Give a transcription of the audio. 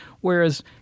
whereas